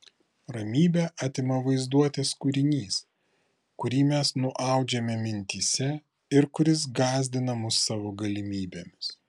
ramybę atima vaizduotės kūrinys kurį mes nuaudžiame mintyse ir kuris gąsdina mus savo galimybėmis